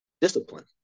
discipline